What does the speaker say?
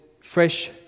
fresh